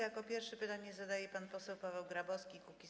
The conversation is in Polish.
Jako pierwszy pytanie zadaje pan poseł Paweł Grabowski, Kukiz’15.